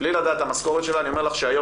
בלי לדעת את המשכורת שלה אני אומר לך שהיום